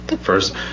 first